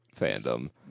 fandom